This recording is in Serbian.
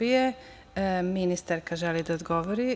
Ministarka želi da odgovori.